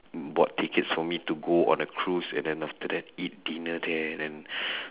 bought tickets for me to go on a cruise and then after that eat dinner there then